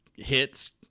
hits